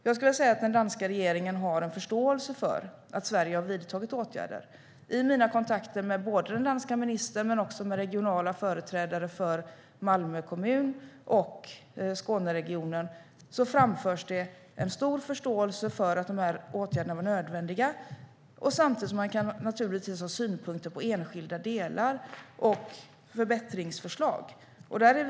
Jag skulle vilja säga att den danska regeringen har en förståelse för att Sverige har vidtagit åtgärder. I mina kontakter med den danska ministern och med regionala företrädare för Malmö kommun och Skåneregionen framförs det en stor förståelse för att åtgärderna var nödvändiga, samtidigt som man naturligtvis kan ha synpunkter och förbättringsförslag när det gäller enskilda delar.